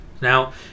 Now